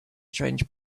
strange